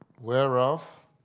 whereof